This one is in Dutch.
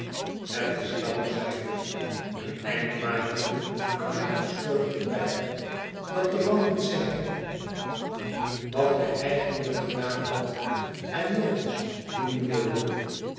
het is jammer zeide ik een eind makende aan mijn gestoord ontbijt dat de man niet zeide geoote verwachtingen wat hj eigenlijk gedaan had en nog eens doen wilde